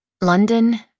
London